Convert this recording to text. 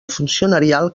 funcionarial